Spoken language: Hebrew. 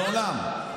מעולם,